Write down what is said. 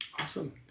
Awesome